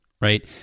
right